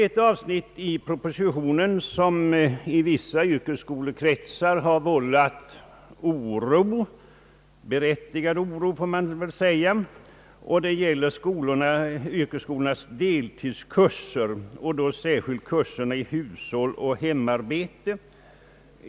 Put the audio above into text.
Ett avsnitt i propositionen har vållat oro i vissa yrkesskolekretsar — berättigad oro får man väl säga — nämligen det som gäller yrkesskolornas deltidskurser, särskilt kurserna i hushållsoch hemarbete.